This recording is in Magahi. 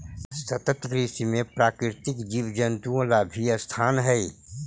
सतत कृषि में प्राकृतिक जीव जंतुओं ला भी स्थान हई